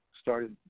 Started